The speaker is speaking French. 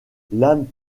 l’âme